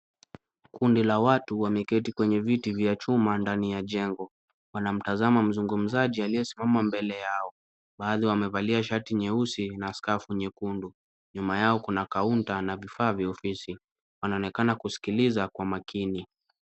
Kundi la watu wameketi kwenye viti vya chuma ndani ya jengo, wanamtazama mzungumzaji aliyesimama mbele yao. Baadhi wamevalia shati nyeusi na skafu nyekundu, nyuma yao kuna kaunta na vifaa vya ofisi. Wanaonekana kusikiliza kwa makini.